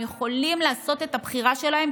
הם יכולים לעשות את הבחירה שלהם,